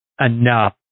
enough